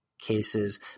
cases